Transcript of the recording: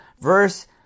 verse